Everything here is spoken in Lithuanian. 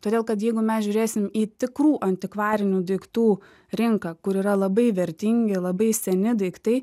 todėl kad jeigu mes žiūrėsim į tikrų antikvarinių daiktų rinką kur yra labai vertingi labai seni daiktai